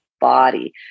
body